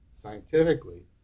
scientifically